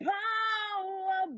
power